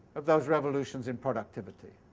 of those revolutions in productivity,